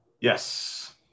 Yes